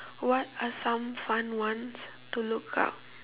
what are some fun ones to look out